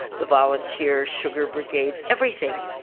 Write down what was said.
the volunteer sugar brigades, everything,